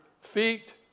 feet